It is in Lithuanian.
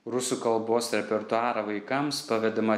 rusų kalbos repertuarą vaikams pavedama